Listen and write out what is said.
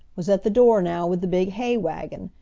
was at the door now with the big hay wagon,